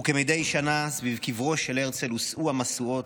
וכמדי שנה סביב קברו של הרצל הושאו המשואות,